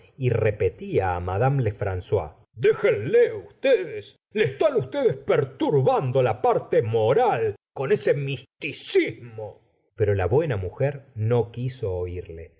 y repetía á madama lefrangois déjenle ustedes le están ustedes perturbando la parte moral con ese misticismo pero la buena mujer no quiso oirle